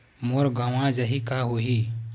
मोर गंवा जाहि का होही?